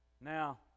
Now